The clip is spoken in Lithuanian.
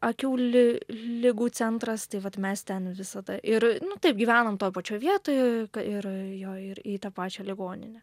akių li ligų centras tai vat mes ten visada ir nu taip gyvenam toj pačioj vietoj ir jo ir į tą pačią ligoninę